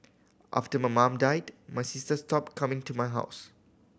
after my mum died my sister stopped coming to my house